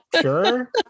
sure